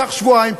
קח שבועיים,